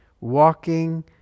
walking